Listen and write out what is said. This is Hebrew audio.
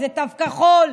איזה תו כחול.